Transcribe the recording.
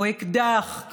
או אקדח,